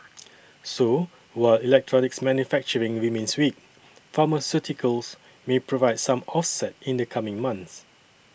so while electronics manufacturing remains weak pharmaceuticals may provide some offset in the coming months